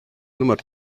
numero